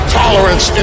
tolerance